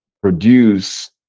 produce